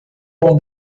bom